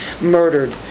murdered